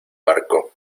barco